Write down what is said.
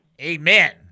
Amen